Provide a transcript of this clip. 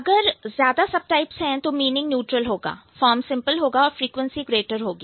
अगर ज्यादा सबटाइप्स है तो मीनिंग न्यूट्रल होगा फॉर्म सिंपल होगा और फ्रीक्वेंसी ग्रेटर होगी